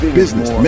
business